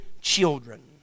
children